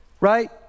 right